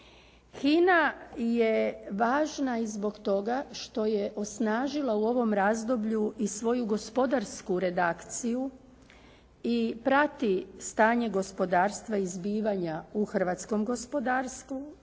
HINA je važna i zbog toga što je osnažila u ovom razdoblju i svoju gospodarsku redakciju i prati stanje gospodarstva i zbivanja u hrvatskom gospodarstvu